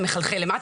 זה מחלחל למטה.